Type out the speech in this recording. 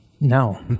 No